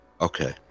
Okay